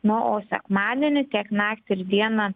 na o sekmadienį tiek naktį ir dieną